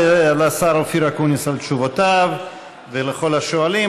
תודה לשר אופיר אקוניס על תשובותיו ולכל השואלים.